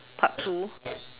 part two